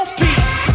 peace